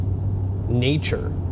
nature